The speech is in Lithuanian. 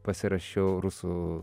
pasirašiau rusų